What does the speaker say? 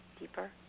deeper